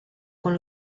con